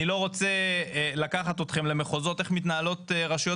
אני לא רוצה לקחת אתכם למחוזות איך מתנהלות רשויות